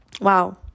Wow